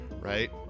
right